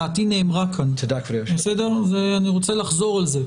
דעתי נאמרה כאן ואני רוצה לחזור עליה.